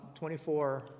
24